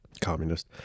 communist